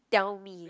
tell me